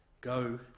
go